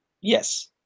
Yes